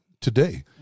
today